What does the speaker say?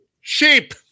sheep